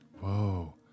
Whoa